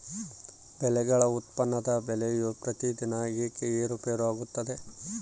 ಬೆಳೆಗಳ ಉತ್ಪನ್ನದ ಬೆಲೆಯು ಪ್ರತಿದಿನ ಏಕೆ ಏರುಪೇರು ಆಗುತ್ತದೆ?